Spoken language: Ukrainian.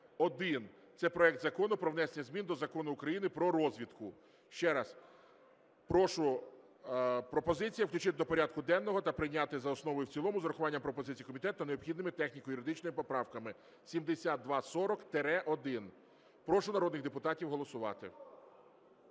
– це проект Закону про внесення змін до Закону України "Про розвідку". Ще раз прошу, пропозиція включити до порядку денного та прийняти за основу і в цілому з урахуванням пропозицій комітету та необхідними техніко-юридичними поправками 7240-1. Прошу народних депутатів голосувати.